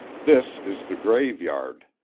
this is the graveyard.